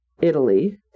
Italy